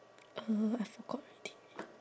uh I forgot already eh